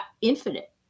infinite